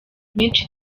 myinshi